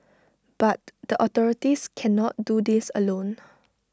but the authorities cannot do this alone